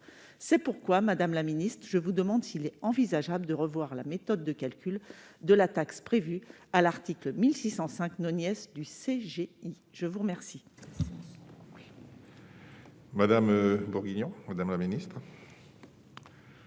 C'est pourquoi, madame la ministre, je vous demande s'il est envisageable de revoir la méthode de calcul de la taxe prévue à l'article 1605 du CGI. La parole